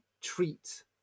treat